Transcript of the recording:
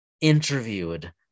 interviewed